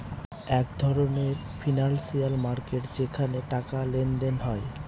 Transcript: এক ধরনের financial market যেখানে টাকার লেনদেন হয়